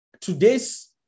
today's